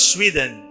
Sweden